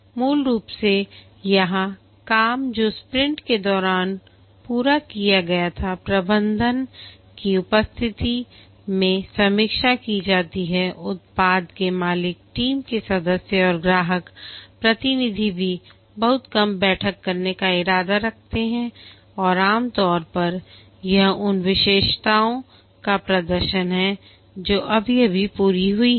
मूल रूप से यहाँ काम जो स्प्रिंट के दौरान पूरा किया गया था प्रबंधन की उपस्थिति में समीक्षा की जाती हैउत्पाद के मालिक टीम के सदस्य और ग्राहक प्रतिनिधि भी बहुत कम बैठक करने का इरादा रखते हैं और आमतौर पर यह उन विशेषताओं का प्रदर्शन है जो अभी अभी पूरी हुई हैं